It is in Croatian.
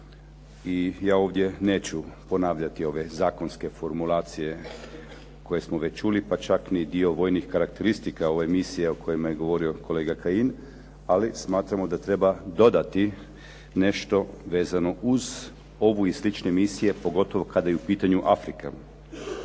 I ja ovdje neću ponavljati ove zakonske formulacije koje smo već čuli, pa čak ni dio vojnih karakteristika, o ovim misijama o kojima je govorio kolega Kajin, ali smatramo da treba dodati nešto vezano uz ovu i slične misije, pogotovo kada je u pitanju Afrika.